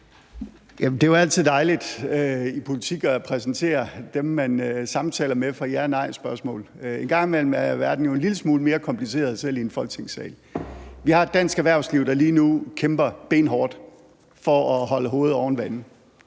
Det er jo altid dejligt i politik at præsentere dem, man samtaler med, for ja-/nejspørgsmål. En gang imellem er verden jo en lille smule mere kompliceret, selv i en Folketingssal. Vi har et dansk erhvervsliv, der lige nu kæmper benhårdt for at holde hovedet oven vande,